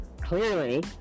clearly